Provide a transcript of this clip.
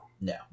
No